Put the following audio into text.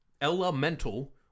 Elemental